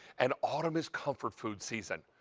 and autumn is comfort food season.